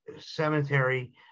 cemetery